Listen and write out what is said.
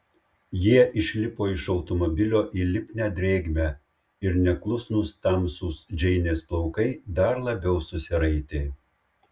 jie išlipo iš automobilio į lipnią drėgmę ir neklusnūs tamsūs džeinės plaukai dar labiau susiraitė